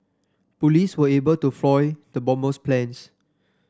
police were able to foil the bomber's plans